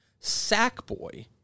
Sackboy